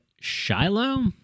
Shiloh